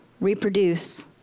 reproduce